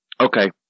Okay